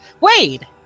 Wade